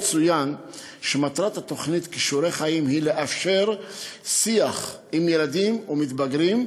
יצוין כי מטרת התוכנית "כישורי חיים" היא לאפשר שיח עם ילדים ומתבגרים,